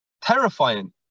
terrifying